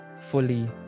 fully